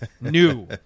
new